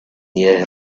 year